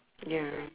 ya